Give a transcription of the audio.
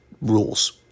rules